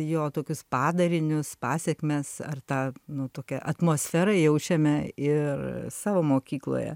jo tokius padarinius pasekmes ar tą nu tokią atmosferą jaučiame ir savo mokykloje